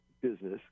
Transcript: business